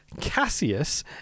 Cassius